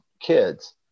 kids